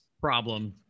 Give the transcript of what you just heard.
problem